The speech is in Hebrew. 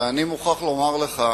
אני מוכרח לומר לך,